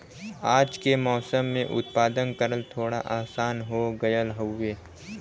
आज के समय में उत्पादन करल थोड़ा आसान हो गयल हउवे